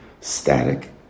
static